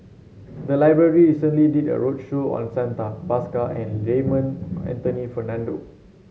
the library recently did a roadshow on Santha Bhaskar and Raymond Anthony Fernando